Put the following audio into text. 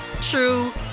true